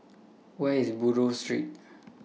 Where IS Buroh Street